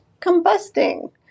combusting